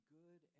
good